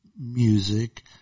music